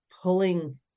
pulling